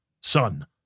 Son